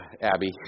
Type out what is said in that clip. Abby